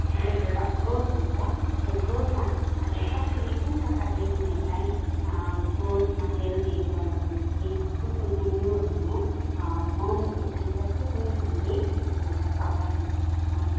रिप्रड growth हुन्छ त्यो ग्रोथमा आज कसरी कुन प्रकारले उनीहरूलाई ग्रोथमा हेल्दी गर्नको निम्ति कुन कुन मेन्युलहरू मलहरू चाहिन्छ त्यो पनि हामीले उनीहरूलाई सल्लाह दिन सक्छौँ